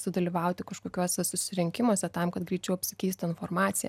sudalyvauti kažkokiuose susirinkimuose tam kad greičiau apsikeisti informacija